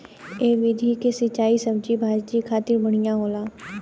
ए विधि के सिंचाई सब्जी भाजी खातिर बढ़िया होला